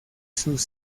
sus